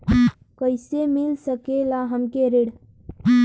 कइसे मिल सकेला हमके ऋण?